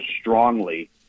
strongly